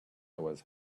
was